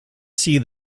see